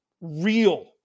real